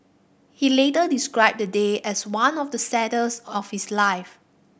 he later described the day as one of the saddest of his life